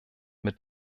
mit